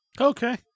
okay